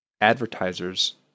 advertisers